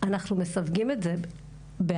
אנחנו מסווגים את זה בעבירה.